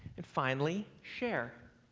and finally, share.